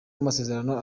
masezerano